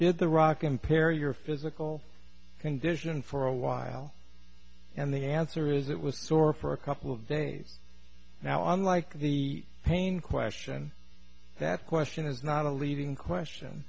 did the rock impair your physical condition for a while and the answer is it was sore for a couple of days now unlike the pain question that question is not a leading question